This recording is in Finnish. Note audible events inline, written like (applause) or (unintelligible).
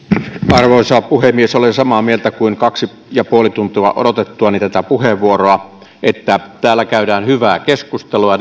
arvoisa puhemies olen samaa mieltä kaksi ja puoli tuntia odotettuani tätä puheenvuoroa että täällä käydään hyvää keskustelua (unintelligible)